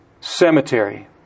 Cemetery